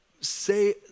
say